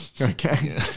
Okay